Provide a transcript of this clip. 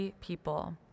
people